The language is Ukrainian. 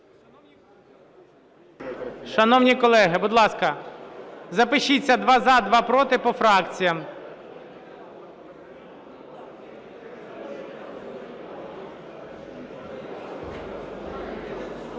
Шановні колеги, будь ласка, запишіться: два – за, два – проти, по фракціям.